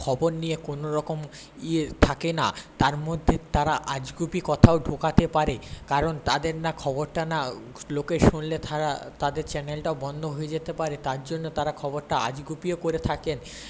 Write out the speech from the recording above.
খবর নিয়ে কোনোরকম ইয়ে থাকে না তার মধ্যে তারা আজগুবি কথাও ঢোকাতে পারে কারণ তাদের না খবরটা না লোকে শুনলে তাদের চ্যানেলটা বন্ধ হয়ে যেতে পারে তার জন্য তারা খবরটা আজগুবিও করে থাকেন